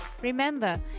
Remember